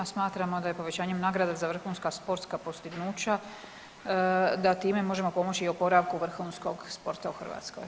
Smatramo da je povećanjem nagrada za vrhunska sportska postignuća da time možemo pomoći i oporavku vrhunskog sporta u Hrvatskoj.